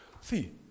See